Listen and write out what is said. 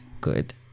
good